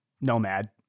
Nomad